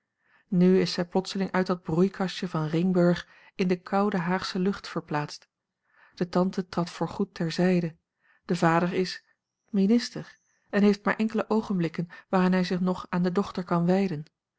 nu is zij plotseling uit dat broeikastje van ringburg in de koude haagsche lucht verplaatst de tante trad voorgoed ter zijde de vader is minister en heeft maar enkele oogenblikken waarin hij zich nog aan de dochter kan wijden